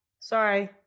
Sorry